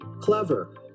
Clever